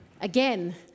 Again